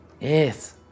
Yes